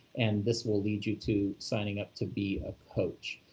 and this will lead you to signing up to be a coach.